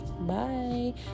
bye